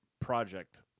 project